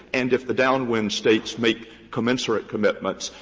and if the downwind states make commensurate commitments,